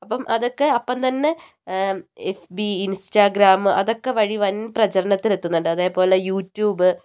അപ്പം അതൊക്കെ അപ്പം തന്നെ എഫ് ബി ഇൻസ്റ്റാഗ്രാം അതൊക്കെ വഴി വൻ പ്രചരണത്തിലെത്തുന്നുണ്ട് അതേപോലെ യൂട്യൂബ്